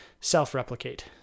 self-replicate